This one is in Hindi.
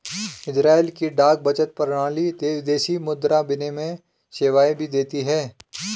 इज़राइल की डाक बचत प्रणाली विदेशी मुद्रा विनिमय सेवाएं भी देती है